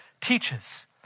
teaches